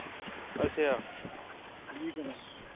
ਅੱਛਿਆ